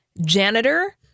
janitor